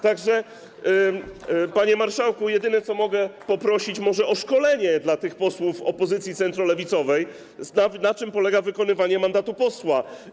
Tak że, panie marszałku, jedyne, o co mogę poprosić, to może o szkolenie dla tych posłów opozycji centrolewicowej, na czym polega wykonywanie mandatu posła.